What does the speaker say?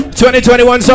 2021